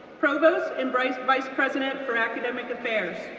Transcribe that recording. provost and vice vice president for academic affairs.